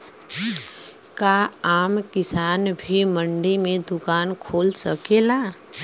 का आम किसान भी मंडी में दुकान खोल सकेला?